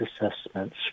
assessments